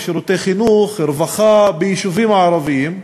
בשירותי חינוך וברווחה ביישובים הערביים,